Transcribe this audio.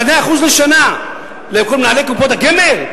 2% לשנה לכל מנהלי קופות הגמל?